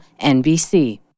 NBC